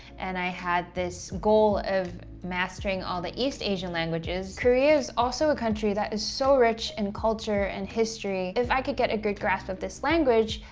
and i had this goal of mastering all the east asian languages. korea is also a country that is so rich in culture and history, if i could get a good grasp of this language,